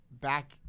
back